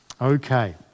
Okay